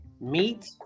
Meat